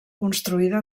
construïda